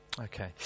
Okay